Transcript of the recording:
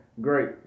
great